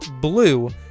BLUE